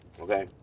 okay